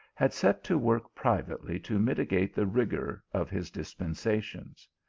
had set to work privately to mitigate the rigour of his dis pensations.